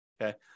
Okay